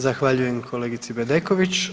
Zahvaljujem kolegici Bedeković.